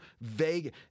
vague